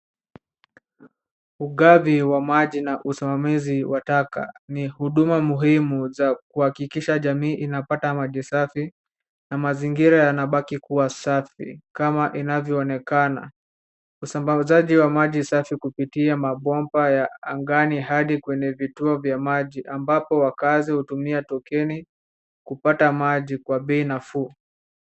Ugavi wa maji na usimamizi wa taka. Ni huduma muhimu za kuhakikisha jamii inapata maji safi na mazingira yanabaki kuwa safi kama inavyoonekana. Usambazaji wa maji safi kupitia mabomba ya angani hadi kwenye vituo vya maji ambapo wakazi hutumia tokeni kupata maji kwa bei nafuu.